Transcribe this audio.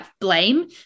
blame